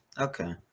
Okay